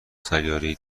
سیارهای